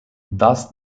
thus